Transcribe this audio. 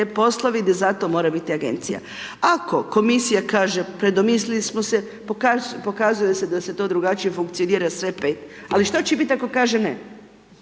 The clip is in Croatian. poslove i da zato mora biti agencija. Ako komisija kaže predomislili smo se, pokazuje se da se to drugačije funkcionira, sve 5. Ali što će biti ako kaže ne?